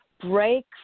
break